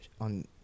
on